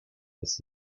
ist